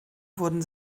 wurden